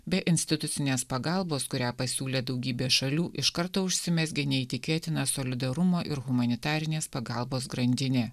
be institucinės pagalbos kurią pasiūlė daugybė šalių iš karto užsimezgė neįtikėtina solidarumo ir humanitarinės pagalbos grandinė